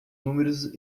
números